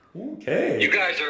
Okay